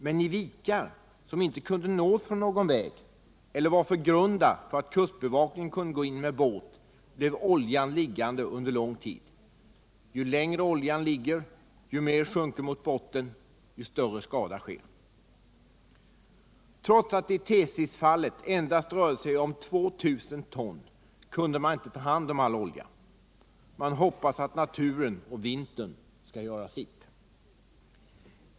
Men i vikar, som inte kunde nås från någon väg eller var för grunda för att kustbevakningen skulle kunna gå in med båt, blev oljan liggande under lång tid. Ju längre oljan ligger, ju mer den sjunker mot botten, desto större skada sker. Trots att det i Tsesisfallet endast rörde sig om ca 2 000 ton kunde man inte ta hand om all olja. Man hoppas att naturen och vintern skall göra sitt.